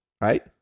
Right